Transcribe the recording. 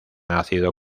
ácido